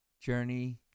journey